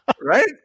Right